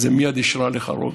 וזה מייד השרה עליך רוגע.